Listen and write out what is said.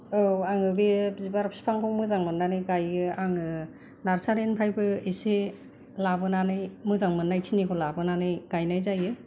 औ आङो बेयो बिबार बिफांखौ मोजां मोननानै गायो आङो नार्सारिनिफ्रायबो एसे लाबोनानै मोजां मोननायखिनिखौ लाबोनानै गायनाय जायो